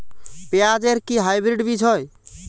পেঁয়াজ এর কি হাইব্রিড বীজ হয়?